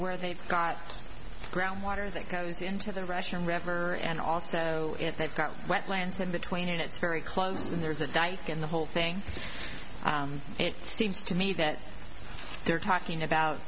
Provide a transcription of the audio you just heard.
where they've got ground water anything goes into the russian river and also if they've got wetlands in between it's very close and there's a dyke in the whole thing and it seems to me that they're talking about